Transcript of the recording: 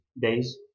days